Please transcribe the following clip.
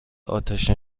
آتش